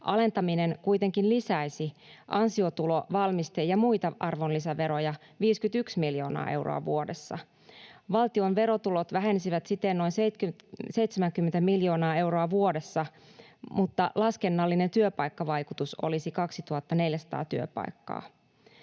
Alentaminen kuitenkin lisäisi ansiotulo-, valmiste- ja muita veroja 51 miljoonaa euroa vuodessa. Valtion verotulot vähenisivät siten noin 70 miljoonaa euroa vuodessa, mutta laskennallinen työpaikkavaikutus olisi 2 400 työpaikkaa.